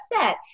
set